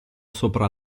sopra